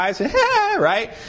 right